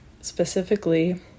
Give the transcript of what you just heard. specifically